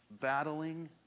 battling